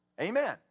Amen